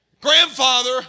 Grandfather